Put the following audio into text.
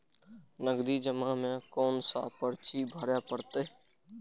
नगदी जमा में कोन सा पर्ची भरे परतें?